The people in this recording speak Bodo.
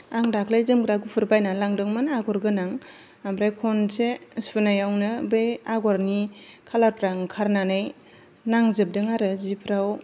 आं दाख्लै जोमग्रा गुफुर बायना लांदोंमोन आगर गोनां ओमफ्राय खनसे सुनायावनो बे आगरनि कालारफ्रा ओंखारनानै नांजोबदों आरो जिफ्राव